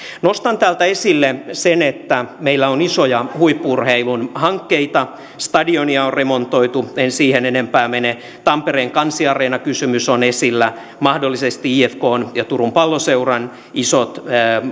nostan täältä esille sen että meillä on isoja huippu urheilun hankkeita stadionia on remontoitu en siihen enempää mene tampereen kansi ja areena kysymys on esillä mahdollisesti ifkn ja turun palloseuran isot